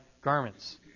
garments